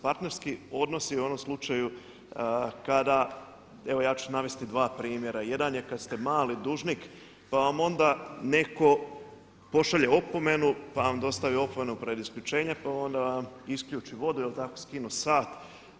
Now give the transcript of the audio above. Partnerski odnosi u onom slučaju kada evo ja ću navesti dva primjera, jedan je kada ste mali dužnik pa vam onda neko pošalje opomenu, pa vam dostave opomenu pred isključene, pa vam onda isključi vodu, skinu sat.